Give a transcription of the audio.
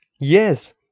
Yes